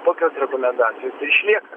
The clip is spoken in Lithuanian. tokios rekomendacijos išlieka